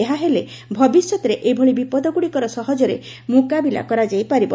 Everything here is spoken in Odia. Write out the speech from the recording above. ଏହା ହେଲେ ଭବିଷ୍ୟତରେ ଏଭଳି ବିପଦଗୁଡ଼ିକର ସହଜରେ ମୁକାବିଲା କରାଯାଇ ପାରିବ